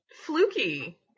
fluky